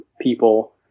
people